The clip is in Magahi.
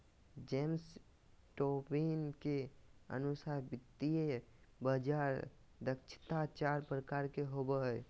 जेम्स टोबीन के अनुसार वित्तीय बाजार दक्षता चार प्रकार के होवो हय